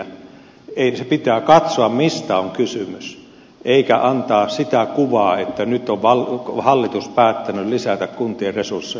eli se pitää katsoa mistä on kysymys eikä antaa sitä kuvaa että nyt on hallitus päättänyt lisätä kuntien resursseja